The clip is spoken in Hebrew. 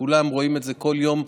כולם רואים את זה כל יום.